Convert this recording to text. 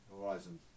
horizon